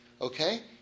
Okay